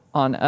on